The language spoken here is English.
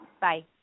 Bye